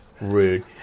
Rude